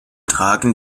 tragen